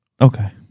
Okay